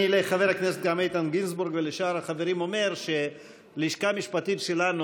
לחבר הכנסת איתן גינזבורג ולשאר החברים אני אומר שהלשכה המשפטית שלנו,